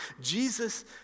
Jesus